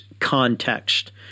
context